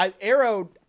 Arrow